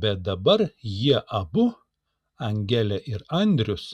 bet dabar jie abu angelė ir andrius